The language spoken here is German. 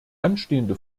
anstehende